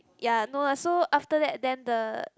ya no lah so after that then the